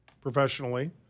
professionally